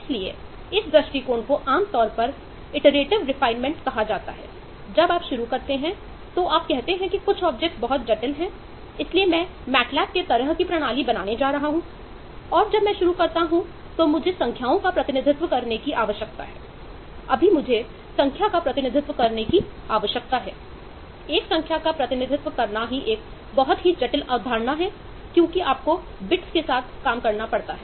इसलिए इस दृष्टिकोण को आम तौर पर इटरेटिव रिफाईनमेंट के साथ काम करना पड़ता है